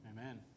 Amen